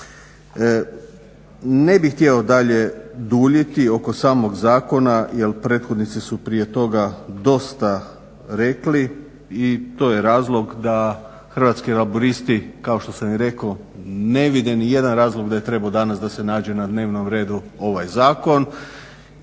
Ne bih htio dalje duljiti oko samog zakona jer prethodnici su prije toga dosta rekli i to je razlog da Hrvatski laburisti kao što sam i rekao ne vidim ni jedan razlog da je trebao danas da se nađe na dnevnom redu ovaj zakon.